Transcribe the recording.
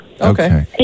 Okay